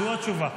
זו התשובה.